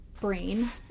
brain